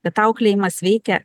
kad auklėjimas veikia